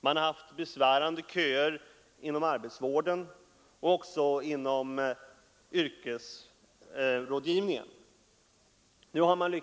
Det har funnits besvärande köer inom arbetsvården och inom yrkesrådgivningen. Nu har man